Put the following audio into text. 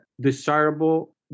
desirable